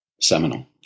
seminal